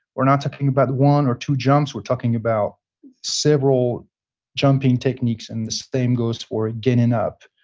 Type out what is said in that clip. we're not talking about one or two jumps. we're talking about several jumping techniques and the same goes for ah getting up.